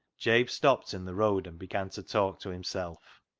jabe stopped in the road and began to talk to himself